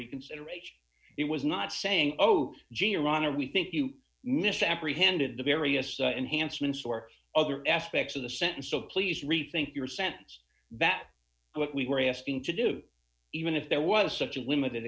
reconsideration it was not saying oh gee your honor we think you miss apprehended the various enhancements or other aspects of the sentence so please rethink your sense that what we were asking to do even if there was such a limited